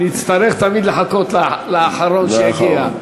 נצטרך תמיד לחכות לאחרון שיגיע.